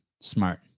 Smart